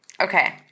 Okay